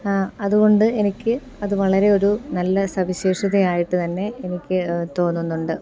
അതുകൊണ്ട് എനിക്ക് അത് വളരെ ഒരു നല്ല സവിശേഷതയായിട്ട് തന്നെ എനിക്ക് തോന്നുന്നുണ്ട്